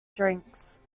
drinks